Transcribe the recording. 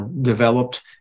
developed